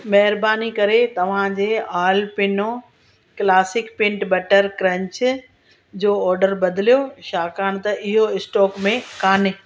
महिरबानी करे तव्हांजे Alpino classic peanut butter crunch जो ऑडर बदिलियो छाकाणि त इहो स्टॉक में कोन्हे